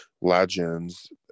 legends